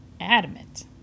adamant